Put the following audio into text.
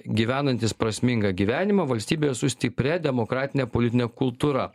gyvenantys prasmingą gyvenimą valstybėje su stipria demokratine politine kultūra